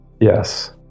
Yes